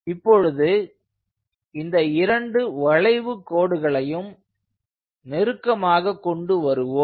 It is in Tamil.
இப்பொழுது இந்த இரண்டு வளைவு கோடுகளையும் நெருக்கமாக கொண்டு வருவோம்